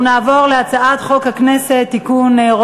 אנחנו עוברים להצעת חוק חופש המידע (תיקון,